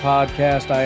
Podcast